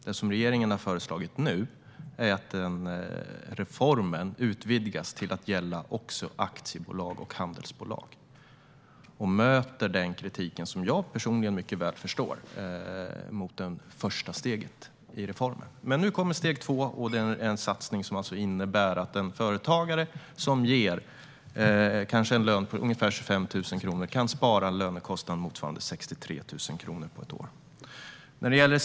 Det som regeringen har föreslagit nu är att denna reform utvidgas till att också gälla aktiebolag och handelsbolag. Det möter den kritik som jag personligen mycket väl förstår mot det första steget i reformen. Men nu kommer steg två. Det är en satsning som alltså innebär att en företagare som ger en lön på ungefär 25 000 kronor kan spara en lönekostnad motsvarande 63 000 kronor på ett år.